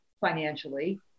financially